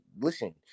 listen